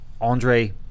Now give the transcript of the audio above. Andre